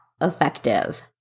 effective